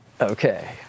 Okay